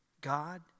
God